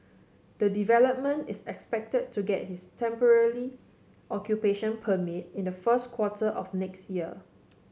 the development is expected to get its temporary occupation permit in the first quarter of next year